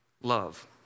Love